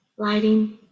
Lighting